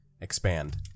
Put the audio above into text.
expand